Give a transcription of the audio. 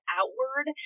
outward